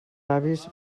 avis